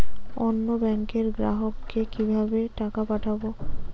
অন্য ব্যাংকের গ্রাহককে কিভাবে টাকা পাঠাবো?